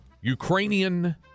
Ukrainian